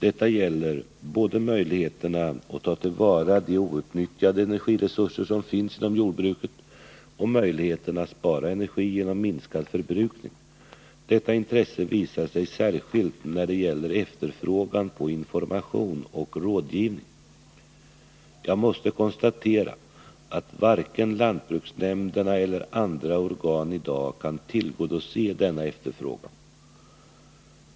Detta gäller både möjligheterna att ta till vara de outnyttjade energiresurser som finns inom jordbruket och möjligheterna att spara energi genom minskad förbrukning. Detta intresse visar sig särskilt när det gäller efterfrågan på information och rådgivning. Jag måste konstatera att varken lantbruksnämnderna eller andra organ i dag kan tillgodose denna efterfrågan.